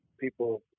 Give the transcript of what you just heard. people